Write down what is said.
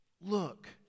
Look